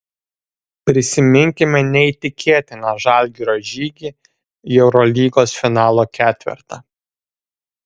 prisiminkime neįtikėtiną žalgirio žygį į eurolygos finalo ketvertą